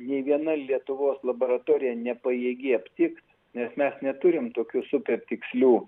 jei viena lietuvos laboratorija nepajėgiaptikt nes mes neturim tokių super tikslių